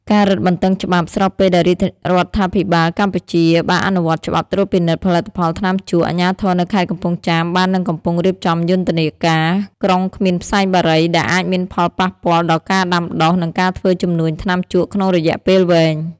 ការរឹតបន្តឹងច្បាប់ ស្របពេលដែលរាជរដ្ឋាភិបាលកម្ពុជាបានអនុវត្តច្បាប់ត្រួតពិនិត្យផលិតផលថ្នាំជក់ អាជ្ញាធរនៅខេត្តកំពង់ចាមបាននិងកំពុងរៀបចំយុទ្ធនាការ ក្រុងគ្មានផ្សែងបារី ដែលអាចមានផលប៉ះពាល់ដល់ការដាំដុះ និងការធ្វើជំនួញថ្នាំជក់ក្នុងរយៈពេលវែង។